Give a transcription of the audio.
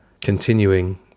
continuing